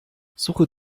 suche